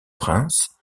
prince